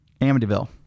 Amityville